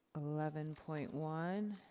eleven point one.